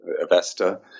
Avesta